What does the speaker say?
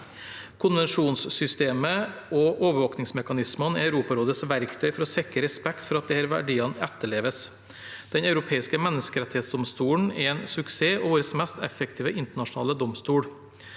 Konvensjonssystemet og overvåkingsmekanismene er Europarådets verktøy for å sikre respekt for at disse verdiene etterleves. Den europeiske menneskerettsdomstol er en suksess og vår mest effektive internasjonale domstol,